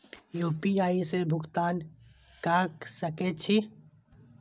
UPI से भुगतान क सके छी?